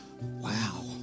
Wow